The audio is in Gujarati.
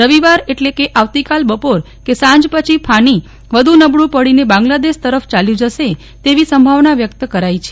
રવિવાર એટલે કે આવતીકાલે બપોરે કે સાંજ પછી ફાની વધુ નબળું પડીને બાંગ્લાદેશ તરફ ચાલ્યું જશે તેવી સંભાવના વ્યક્ત કરાઈ છે